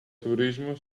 turismo